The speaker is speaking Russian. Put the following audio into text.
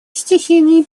стихийные